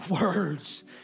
words